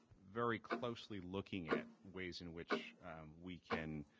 very closely looking at ways in which we can